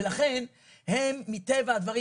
ולכן הם מטבע הדברים,